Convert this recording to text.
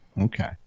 Okay